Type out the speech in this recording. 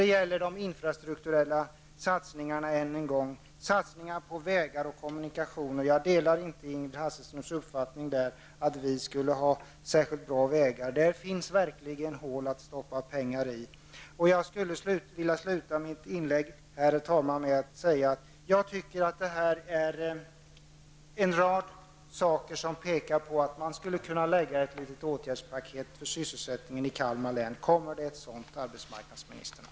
Det gäller också de infrastrukturella satsningarna, satsningarna på vägar och kommunikationer. Jag delar inte Ingrid Hasselström Nyvalls uppfattning att vi skulle ha särskilt bra vägar i Kalmar län. Där finns verkligen hål att stoppa pengar i. Låt mig avsluta mitt inlägg, herr talman, med att säga att en rad saker pekar på att man bör lägga ett litet åtgärdspaket för sysselsättningen i Kalmar län. Kommer det ett sådant, arbetsmarknadsministern?